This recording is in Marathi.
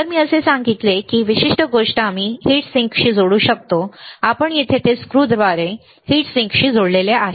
जसे मी सांगितले की ही विशिष्ट गोष्ट आम्ही हीटसिंकशी जोडू शकतो आपण येथे ते स्क्रूद्वारे हीटसिंकशी जोडलेले आहे